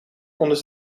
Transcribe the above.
konden